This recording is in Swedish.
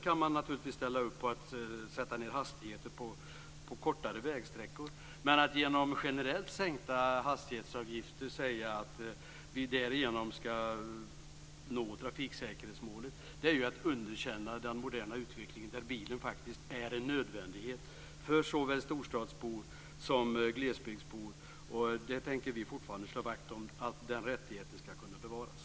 Det går att temporärt sätta ned hastigheten på kortare vägsträckor. Men att med hjälp av generellt sänkta hastigheter säga att vi därigenom når trafiksäkerhetsmålet är att underkänna den moderna utvecklingen - där bilen är en nödvändighet för såväl storstadsbor som glesbygdsbor. Vi tänker slå vakt om att den rättigheten bevaras.